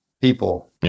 people